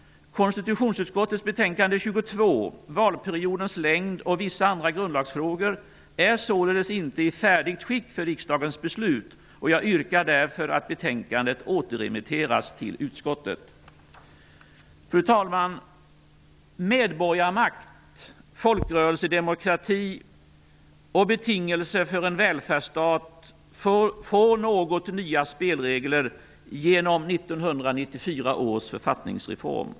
Konstitutionsutskottets betänkande nr 22 ''Valperiodens längd och vissa andra grundlagsfrågor'' är således inte i färdigt skick för riksdagens beslut. Jag yrkar därför att betänkandet återremitteras till utskottet. Fru talman! Medborgarmakt, folkrörelsedemokrati och betingelser för en välfärdsstat får något nya spelregler genom 1994 års författningsreform.